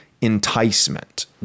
enticement